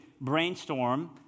brainstorm